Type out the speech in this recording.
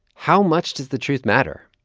how much does the truth matter?